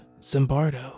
Zimbardo